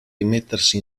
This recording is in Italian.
rimettersi